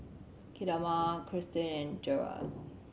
Kamilah Cristine and Gerda